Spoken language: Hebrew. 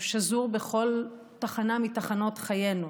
הוא שזור בכל תחנה מתחנות חיינו.